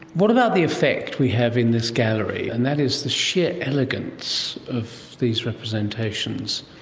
what about the effect we have in this gallery and that is the sheer elegance of these representations.